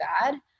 bad